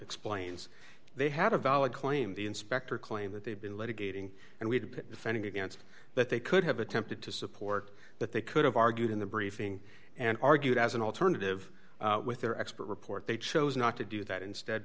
explains they have a valid claim the inspector claim that they've been litigating and we'd be defending against that they could have attempted to support that they could have argued in the briefing and argued as an alternative with their expert report they chose not to do that instead